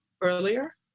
earlier